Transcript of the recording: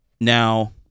Now